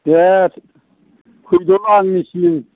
दे फैदोल' आंनिसिम